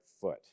foot